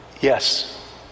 Yes